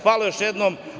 Hvala još jednom.